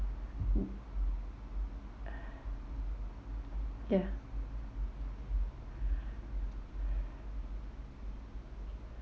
mm ya